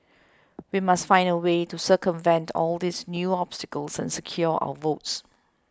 we must find a way to circumvent all these new obstacles and secure our votes